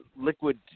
liquid